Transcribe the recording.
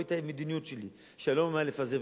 או את המדיניות שלי שאני לא ממהר לפזר,